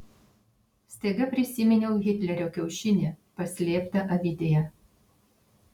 staiga prisiminiau hitlerio kiaušinį paslėptą avidėje